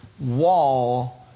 wall